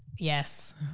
Yes